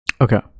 Okay